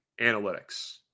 analytics